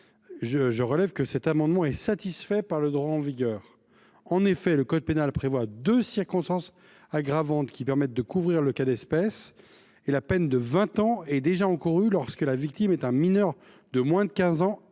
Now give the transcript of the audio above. Je relève toutefois que l’amendement est satisfait par le droit en vigueur. En effet, le code pénal prévoit deux circonstances aggravantes qui permettent de couvrir ce cas d’espèce, puisque la peine de vingt ans est déjà encourue lorsque la victime est un mineur de moins de 15 ans